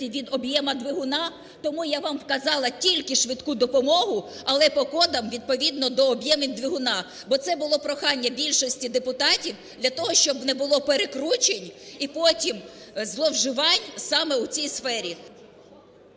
від об'єму двигуна. Тому я вам вказала тільки швидку допомогу, але по кодам відповідно до об'ємів двигуна, бо це було прохання більшості депутатів для того, щоб не було перекручень і потім зловживань саме у цій сфері.